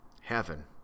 Heaven